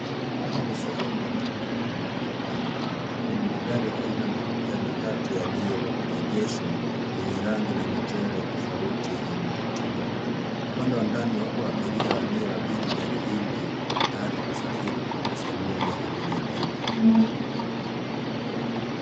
Hapa ni sehemu ya barabara katika mji fulani. Kuna magari aina ya matatu yaliyoegeshwa yenye rangi na michoro tofauti yenye kuvutia. Upande wa ndani wapo abiria walioabiri gari hili tayari kusafiri kutoka sehemu moja hadi nyingine.